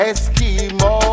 Eskimo